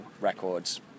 records